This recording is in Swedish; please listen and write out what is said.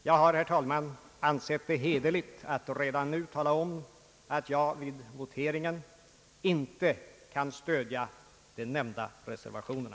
Jag har, herr talman, ansett det hederligt att tala om att jag vid voteringen inte kan stödja de nämnda reservationerna.